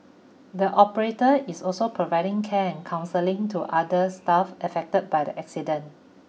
the operator is also providing can counselling to other staff affected by the accident